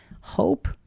Hope